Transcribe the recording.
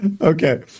Okay